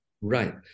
Right